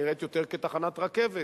שנראית יותר כתחנת רכבת.